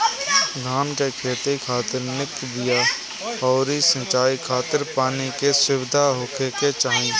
धान के खेती खातिर निक बिया अउरी सिंचाई खातिर पानी के सुविधा होखे के चाही